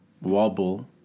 wobble